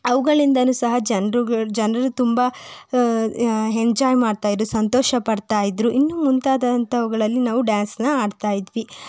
ಅವುಗಳಿಂದಲೂ ಸಹ ಜನರು ಜನರು ತುಂಬ ಎಂಜಾಯ್ ಮಾಡ್ತಾಯಿದ್ರು ಸಂತೋಷ ಪಡ್ತಾಯಿದ್ರು ಇನ್ನೂ ಮುಂತಾದಂಥವುಗಳಲ್ಲಿ ನಾವು ಡಾನ್ಸನ್ನ ಆಡ್ತಾಯಿದ್ವಿ